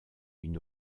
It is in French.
une